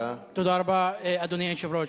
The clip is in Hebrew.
תודה רבה, אדוני היושב-ראש,